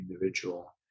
individual